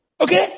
Okay